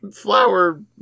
flower